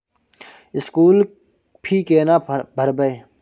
School fee केना भरबै?